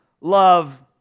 love